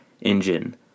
engine